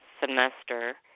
semester